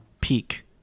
peak